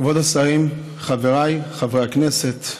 כבוד השרים, חבריי חברי הכנסת,